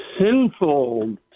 sinful